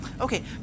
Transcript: Okay